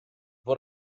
può